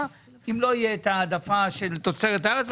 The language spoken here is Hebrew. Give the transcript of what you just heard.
אם לא תהיה ההעדפה של תוצרת הארץ.